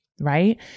right